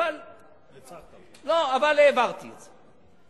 אבל העברתי את זה.